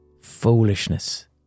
foolishness